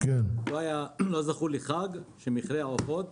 ולא זכור לי חג שמחירי העופות,